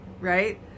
right